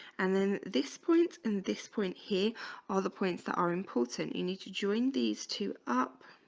and then this point and this point here all the points that are important. you need to join these two up